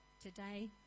today